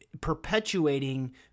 perpetuating